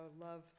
love